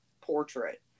portrait